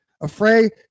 Afraid